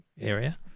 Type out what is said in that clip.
area